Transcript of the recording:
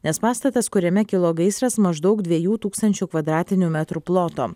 nes pastatas kuriame kilo gaisras maždaug dviejų tūkstančių kvadratinių metrų ploto